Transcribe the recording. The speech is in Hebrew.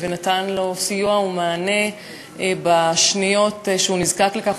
ונתן לו סיוע ומענה בשניות שהוא נזקק לכך,